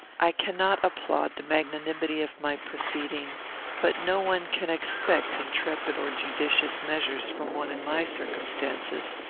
i cannot applaud the magnanimity of my proceeding but no one can expect intrepid or judicious measures from one in my circumstances.